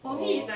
!aww!